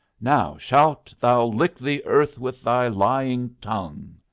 now shalt thou lick the earth with thy lying tongue,